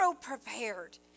prepared